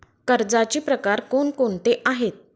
कर्जाचे प्रकार कोणकोणते आहेत?